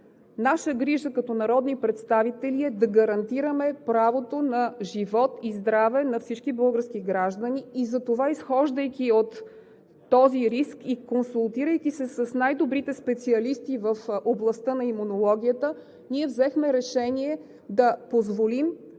Наша грижа като народни представители е да гарантираме правото на живот и здраве на всички български граждани. Изхождайки от този риск и консултирайки се с най-добрите специалисти в областта на имунологията, взехме решение да позволим